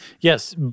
Yes